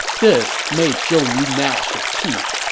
this made zhou yu gnash his teeth.